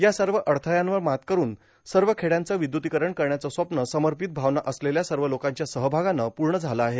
या सर्व अडथळ्यांवर मात कठुन सर्व खेड्यांचे विद्युतीकरण करण्याचं स्वप्न समर्पित भावना असलेल्या सर्व लोकांच्या सहभागानं पूर्ण झालं आहे